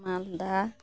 ᱢᱟᱞᱫᱟ